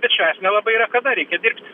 bet švęst nelabai yra kada reikia dirbti